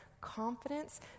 confidence